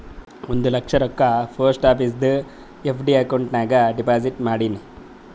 ಒಂದ್ ಲಕ್ಷ ರೊಕ್ಕಾ post ಆಫೀಸ್ದು FD account ನಾಗ್ deposit ಮಾಡಿನ್